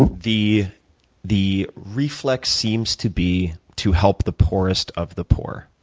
the the reflex seems to be to help the poorest of the poor.